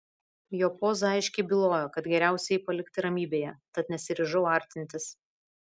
jo poza aiškiai bylojo kad geriausia jį palikti ramybėje tad nesiryžau artintis